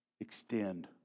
extend